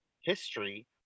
history